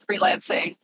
freelancing